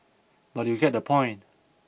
but you get the point